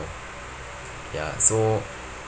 ya so